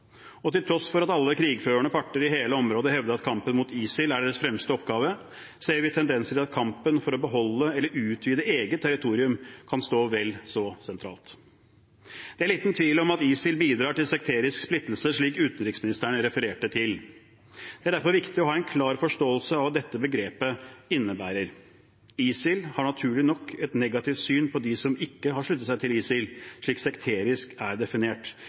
Og til tross for at alle krigførende parter i hele området hevder at kampen mot ISIL er deres fremste oppgave, ser vi tendenser til at kampen for å beholde – eller utvide – eget territorium kan stå vel så sentralt. Det er liten tvil om at ISIL bidrar til sekterisk splittelse, slik utenriksministeren refererte til. Det er derfor viktig å ha en klar forståelse av hva dette begrepet innebærer. ISIL har naturlig nok et negativt syn på dem som ikke har sluttet seg til ISIL, slik «sekterisk» er definert,